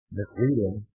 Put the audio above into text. misleading